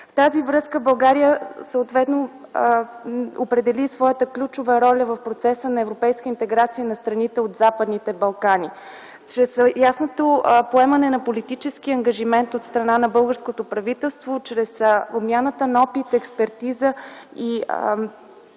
В тази връзка България съответно определи своята ключова роля в процеса на европейска интеграция на страните от Западните Балкани чрез ясното поемане на политически ангажимент от страна на българското правителство, чрез обмяната на опит, експертиза и